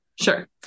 Sure